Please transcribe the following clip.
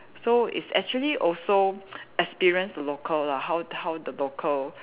so it's actually also experience the local lah how how the local